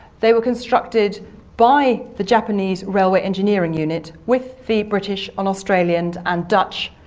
they were constructed by the japanese railway engineering unit with the british and australian and dutch,